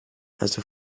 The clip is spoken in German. also